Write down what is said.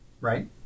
Right